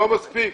לא מספיק.